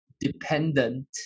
dependent